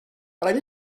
but